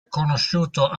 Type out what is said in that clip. conosciuto